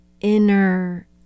inner